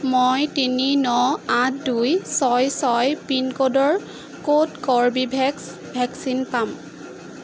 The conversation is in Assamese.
মই তিনি ন আঠ দুই ছয় ছয় পিনক'ডৰ ক'ত কৰ্বীভেক্স ভেকচিন পাম